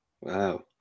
Wow